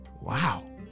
Wow